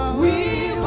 we